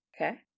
Okay